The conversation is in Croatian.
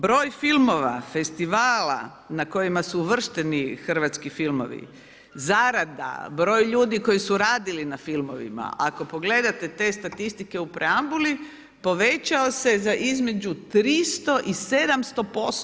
Broj filmova, festivala na kojima su uvrštenu hrvatski filmovi, zarada, broji ljudi koji su radili na filmovima, ako pogledate te statistike u preambuli, povećao se za između 300 i 700%